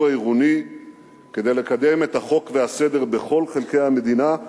העירוני כדי לקדם את החוק והסדר בכל חלקי המדינה,